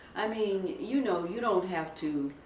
i mean you know you don't have to,